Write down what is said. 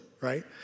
Right